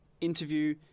interview